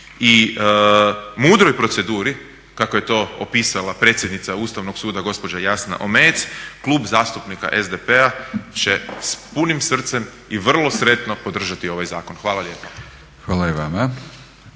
i mudroj proceduri kako je to opisala predsjednica Ustavnog suda gospođa Jasna Omejec Klub zastupnika SDP-a će s punim srcem i vrlo sretno podržati ovaj zakon. Hvala lijepa. **Batinić,